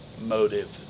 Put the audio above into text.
motive